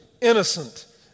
innocent